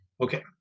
Okay